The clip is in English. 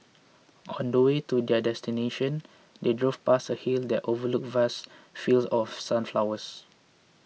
on the way to their destination they drove past a hill that overlooked vast fields of sunflowers